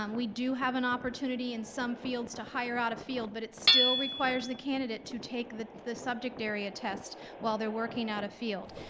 um we do have an opportunity in some fields to hire out of field, but it still requires the candidate to take the the subject area test while they're working out of field,